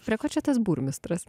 prie ko čia tas burmistras